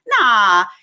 Nah